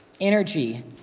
energy